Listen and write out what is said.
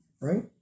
right